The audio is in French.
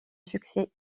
succès